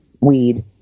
weed